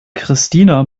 christina